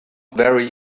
very